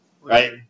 Right